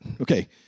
Okay